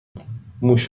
موش